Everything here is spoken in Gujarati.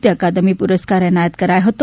ય અકાદમી પુસ્કાર એનાયત કરાયો હતો